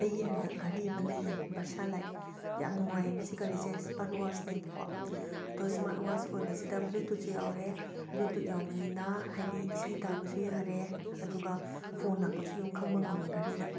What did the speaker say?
ꯑꯩꯒꯤ ꯍꯟꯗꯛ ꯘꯔꯤ ꯑꯃ ꯂꯩꯌꯦ ꯚꯔꯁꯥ ꯂꯥꯏꯠ ꯌꯥꯝ ꯅꯨꯡꯉꯥꯏꯌꯦ ꯃꯁꯤ ꯘꯔꯤꯖꯦ ꯁ꯭ꯃꯥꯔꯠ ꯋꯥꯠꯆꯅꯦꯕꯀꯣ ꯑꯗꯣ ꯁ꯭ꯃꯥꯔꯠ ꯋꯥꯠꯆ ꯑꯣꯏꯕꯁꯤꯗ ꯕ꯭ꯂꯨꯇꯨꯠꯁꯨ ꯌꯥꯎꯔꯦ ꯕ꯭ꯂꯨꯇꯨꯠ ꯌꯥꯎꯕꯅꯤꯅ ꯍꯥꯏꯗꯤ ꯏꯁꯩ ꯇꯥꯕꯁꯨ ꯌꯥꯔꯦ ꯑꯗꯨꯒ ꯐꯣꯟ ꯂꯥꯛꯄꯁꯨ ꯑꯗꯨꯝ ꯈꯪꯕ ꯉꯝꯃꯦ ꯘꯔꯤꯗ